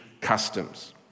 customs